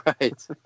Right